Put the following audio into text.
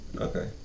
okay